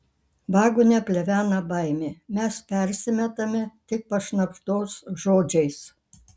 vagone plevena baimė mes persimetame tik pašnabždos žodžiais